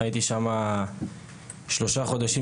הייתי שם שלושה חודשים,